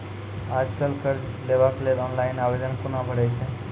आज कल कर्ज लेवाक लेल ऑनलाइन आवेदन कूना भरै छै?